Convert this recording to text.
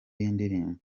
y’indirimbo